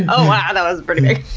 and oh, wow, that was pretty big.